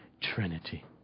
Trinity